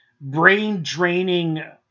brain-draining